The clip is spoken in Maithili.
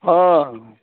हाँ